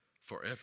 forever